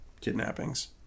kidnappings